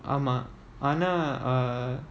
ஆமா ஆனா:aamaa aanaa uh